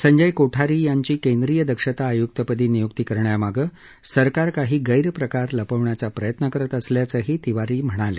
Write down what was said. संजय कोठारी यांची केंद्रीय दक्षता आयुक्तपदी नियुक्ती करण्यामागे सरकार काही गैरप्रकार लपवण्याचा प्रयत्न करत असल्याचंही तिवारी म्हणाले